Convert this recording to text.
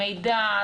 המידע,